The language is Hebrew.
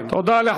תודה רבה לכם.